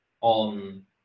on